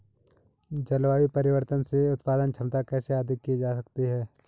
जलवायु परिवर्तन से उत्पादन क्षमता कैसे अधिक की जा सकती है?